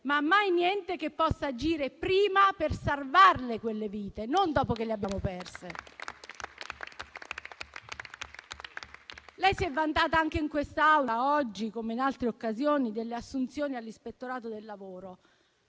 ma mai niente che possa agire prima per salvare quelle vite, e non dopo che le abbiamo perse. Lei si è vantata anche in quest'Aula, oggi, come in altre occasioni, delle assunzioni all'Ispettorato del lavoro: